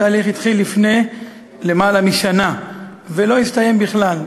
התהליך התחיל לפני למעלה משנה ולא הסתיים בכלל.